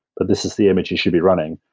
but this is the image you should be running.